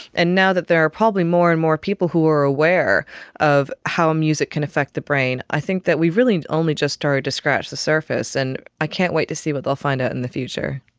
and now that there are probably more and more people who are aware of how music can affect the brain, i think that we really have only just started to scratch the surface, and i can't wait to see what they'll find out in the future.